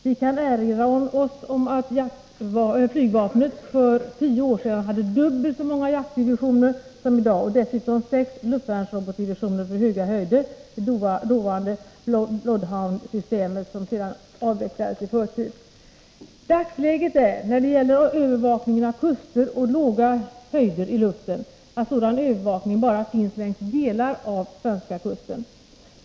Vi kan erinra oss att flygvapnet för tio år sedan hade dubbelt så många jaktdivisioner som i dag och dessutom sex luftvärnsrobotdivisioner för höga höjder — det dåvarande Bloodhound-systemet, som sedan avvecklades i förtid. Dagsläget är, när det gäller övervakningen av kuster och låga höjder i luften, att sådan övervakning bara finns längs delar av den svenska kusten.